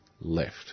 left